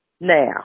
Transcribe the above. Now